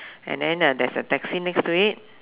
and then there's a taxi next to it